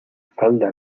falda